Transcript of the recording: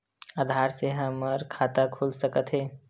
आधार से हमर खाता खुल सकत हे?